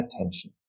attention